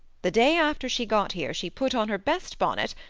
the day after she got here she put on her best bonnet,